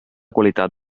qualitat